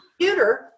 computer